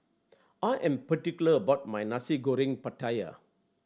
I am particular about my Nasi Goreng Pattaya